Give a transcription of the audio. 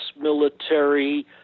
military